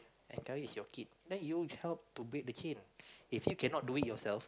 and encourage is your kid then you help to break the chain if you cannot do it yourself